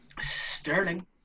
Sterling